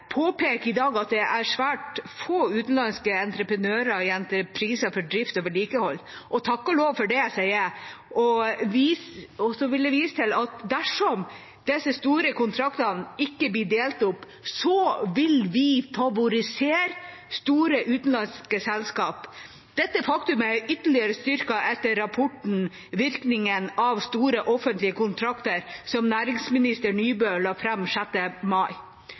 påpeker i dag at det er svært få utenlandske entreprenører i entrepriser for drift og vedlikehold – og takk og lov for det, sier jeg. Så vil jeg vise til at dersom disse store kontraktene ikke blir delt opp, vil vi favorisere store utenlandske selskaper. Dette faktum er ytterligere styrket etter rapporten Virkninger av store offentlige kontrakter, som næringsminister Nybø la fram 6. mai.